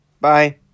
Bye